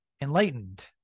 enlightened